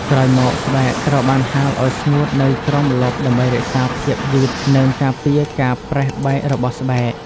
ក្រោយមក ស្បែកត្រូវបានហាលឱ្យស្ងួតនៅក្រោមម្លប់ដើម្បីរក្សាភាពយឺតនិងការពារការប្រេះបែករបស់ស្បែក។